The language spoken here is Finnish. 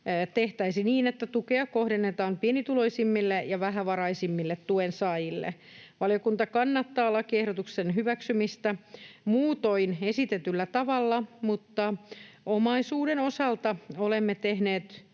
tehtäisiin niin, että tukea kohdennetaan pienituloisimmille ja vähävaraisimmille tuensaajille. Valiokunta kannattaa lakiehdotuksen hyväksymistä muutoin esitetyllä tavalla, mutta omaisuuden osalta olemme tehneet